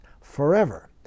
forever